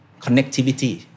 connectivity